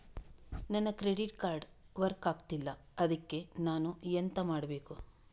ನನ್ನ credit card work ಆಗ್ತಿಲ್ಲ ಅದ್ಕೆ ನಾನು ಎಂತ ಮಾಡಬೇಕು?